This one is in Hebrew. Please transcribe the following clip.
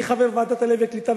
אני חבר ועדת העלייה והקליטה,